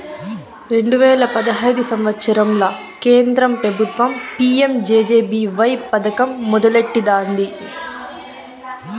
రెండు వేల పదహైదు సంవత్సరంల కేంద్ర పెబుత్వం పీ.యం జె.జె.బీ.వై పదకం మొదలెట్టినాది